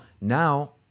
now